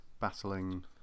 battling